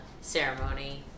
ceremony